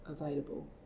available